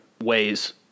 ways